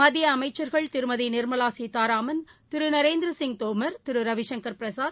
மத்தியஅமைச்சர்கள் திருமதிநிர்மலாசீதாராமன் திருநரேந்திரசிங் தோமர் திருரவிசங்கர் பிரசாத்